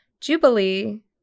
Jubilee